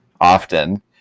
often